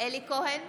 אלי כהן,